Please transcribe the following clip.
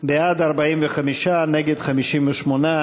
כהן-פארן) לסעיף תקציבי 24,